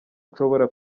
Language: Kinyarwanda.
nshobora